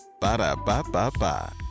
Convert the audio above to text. Ba-da-ba-ba-ba